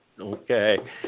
Okay